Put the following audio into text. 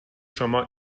شما